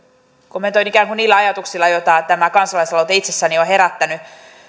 kommentoin ikään kuin niillä ajatuksilla joita tämä kansalaisaloite itsessäni on herättänyt